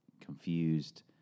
confused